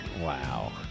Wow